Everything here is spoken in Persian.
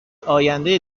آینده